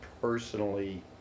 personally